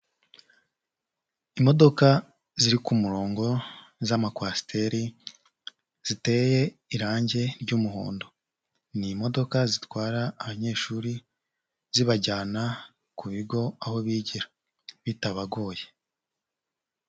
Imodoka ziri ku murongo z'amakwasiteri ziteye irangi ry'umuhondo, ni imodoka zitwara abanyeshuri zibajyana ku bigo aho bigira bitabagoye.